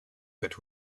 but